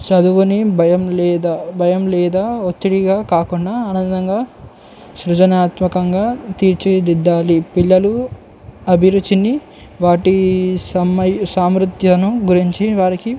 చదువుని భయం లేదా భయం లేదా ఒత్తిడిగా కాకుండా ఆనందంగా సృజనాత్మకంగా తీర్చిదిద్దాలి పిల్లలు అభిరుచిని వాటి సమ సామర్థ్యంను గురించి వారికి